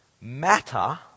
matter